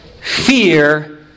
fear